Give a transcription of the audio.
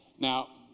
Now